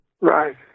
Right